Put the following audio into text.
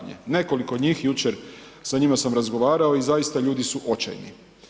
Nekoliko njih jučer, sa njima sam razgovarao i zaista ljudi su očajni.